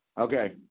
Okay